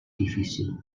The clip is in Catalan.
difícil